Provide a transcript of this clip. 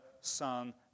son